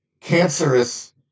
cancerous